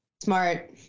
Smart